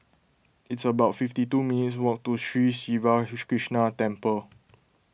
it's about fifty two minutes' walk to Sri Siva Krishna Temple